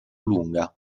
lunga